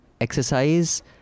exercise